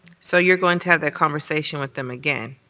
so you're going to have that conversation with them again.